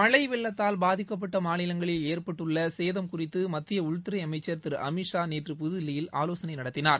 மழை வெள்ளத்தால் பாதிக்கப்பட்ட மாநிலங்களில் ஏற்பட்டுள்ள சேதம் குறித்து மத்திய உள்துறை அமைச்சர் திரு அமித்ஷா நேற்று புதுதில்லியில் ஆலோசனை நடத்தினார்